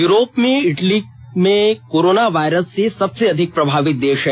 Europe में Italy corona virus से सबसे अधिक प्रभावित देश है